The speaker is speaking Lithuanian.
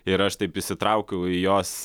ir aš taip įsitraukiau į jos